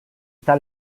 está